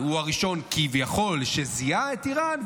הוא הראשון כביכול שזיהה את איראן,